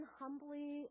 humbly